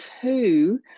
two